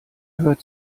hört